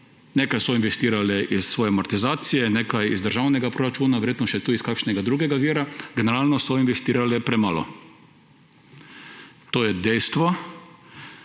nekaj investirale iz svoje amortizacije, nekaj iz državnega proračuna, verjetno še tudi iz kakšnega drugega vira, generalno so investirale premalo. To je dejstvo,